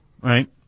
right